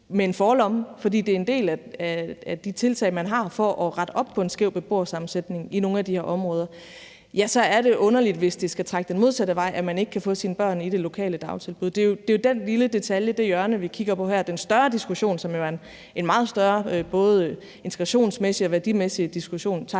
det er en del af de tiltag, man har for at rette op på en skæv beboersammensætning i nogle af de her områder – så er det underligt, hvis det skal trække den modsatte vej, at man ikke kan få sine børn i det lokale dagtilbud. Det er jo den lille detalje og det hjørne, vi kigger på her. Den større diskussion, som er en meget større både integrationsmæssig og værdimæssig diskussion,